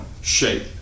shape